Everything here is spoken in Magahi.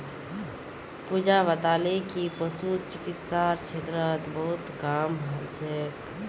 पूजा बताले कि पशु चिकित्सार क्षेत्रत बहुत काम हल छेक